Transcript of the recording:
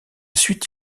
suite